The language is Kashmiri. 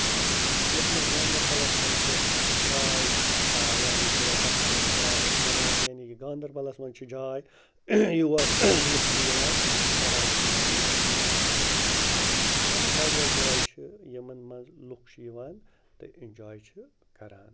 کَران یَتھ منٛز گاندَربَلَس منٛز چھِ جاے یعنی کہِ تَتھ چھِ أسۍ وَنان یعنی کہِ گاندَربَلَس منٛز چھِ جاے یور لُکھ چھِ یِوان کَران چھِ تَتہِ اٮ۪نجاے زَبردَست مطلب واریاہ جاے چھِ یِمَن منٛز لُکھ چھِ یِوان تہٕ اٮ۪نجاے چھِ کَران